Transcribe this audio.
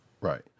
Right